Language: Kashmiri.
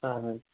اَہَن حظ